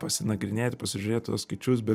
pasinagrinėti pasižiūrėt tuos skaičius bet